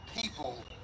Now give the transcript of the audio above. people